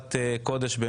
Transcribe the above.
קודש,